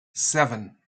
seven